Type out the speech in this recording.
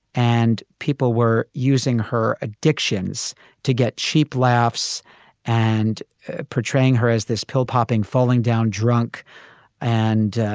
and people were using her addictions to get cheap laughs and portraying her as this pill-popping falling down drunk and